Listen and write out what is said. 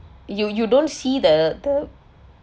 you you don't see the the